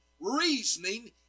reasoning